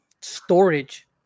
storage